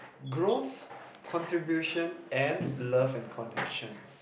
growth contribution and love and connection